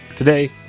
today,